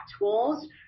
tools